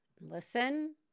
listen